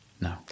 No